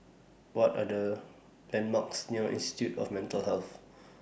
What Are The landmarks near Institute of Mental Health